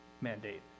mandate